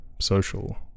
social